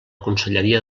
conselleria